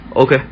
ok